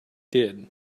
did